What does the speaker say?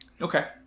Okay